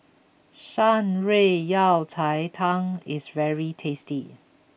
Shan Rui Yao Cai Tang is very tasty